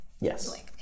Yes